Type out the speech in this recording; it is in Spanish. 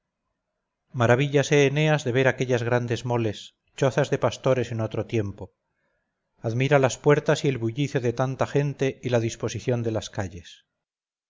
eneas de ver aquellas grandes moles chozas de pastores en otro tiempo admira las puertas y el bullicio de tanta gente y la disposición de las calles